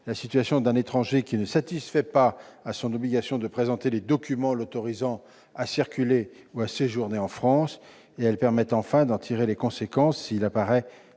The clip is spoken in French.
la situation d'un étranger qui ne satisfait pas à l'obligation qui lui est faite de présenter les documents l'autorisant à circuler ou à séjourner en France ; enfin, elles permettent d'en tirer les conséquences s'il apparaît